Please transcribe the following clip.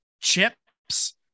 chips